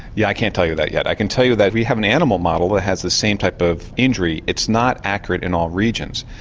yeah i can't tell you that yet. i can tell you that we have an animal model that has the same type of injury, it's not accurate in all regions,